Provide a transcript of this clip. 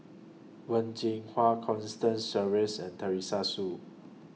Wen Jinhua Constance Sheares and Teresa Hsu